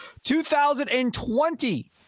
2020